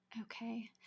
Okay